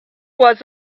was